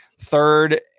third